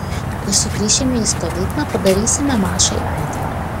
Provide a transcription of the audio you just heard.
kai sugrįšime į stovyklą padarysime mašai aitvarą